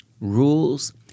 rules